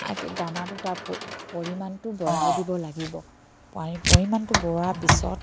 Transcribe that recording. দানাটো তাৰ পৰিমাণটো বঢ়াই দিব লাগিব পাৰি পৰিমাণটো বঢ়োৱাৰ পিছত